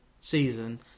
season